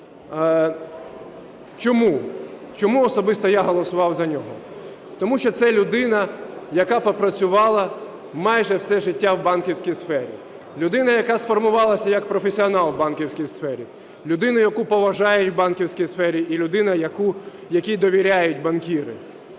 Чому особисто я голосував за нього? Тому що це людина, яка попрацювала майже все життя в банківській сфері, людина, яка сформувалась як професіонал в банківській сфері. Людина, яку поважають в банківській сфері і людина, якій довіряють банкіри.